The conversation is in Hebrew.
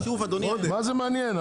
מה זה מעניין?